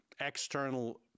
external